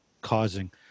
causing